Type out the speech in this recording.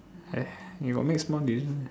!hais! you got make small decision meh